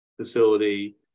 facility